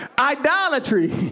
Idolatry